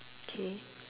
K